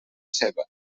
ceba